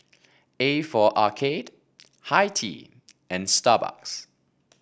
A for Arcade Hi Tea and Starbucks